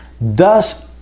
thus